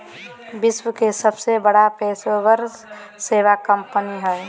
विश्व के सबसे बड़ा पेशेवर सेवा कंपनी हइ